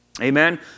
amen